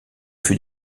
fut